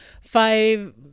five